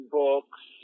books